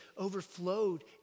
overflowed